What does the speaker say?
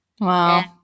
Wow